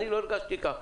אני לא הרגשתי כך.